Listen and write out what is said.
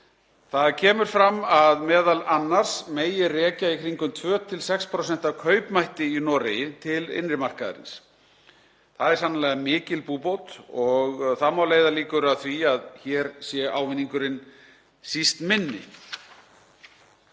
Það kemur fram að m.a. megi rekja í kringum 2–6% af kaupmætti í Noregi til innri markaðarins. Það er sannarlega mikil búbót og það má leiða líkur að því að hér sé ávinningurinn síst minni.